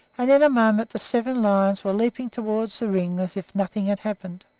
and in a moment the seven lions were leaping toward the ring as if nothing had happened.